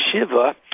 Shiva